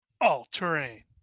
All-terrain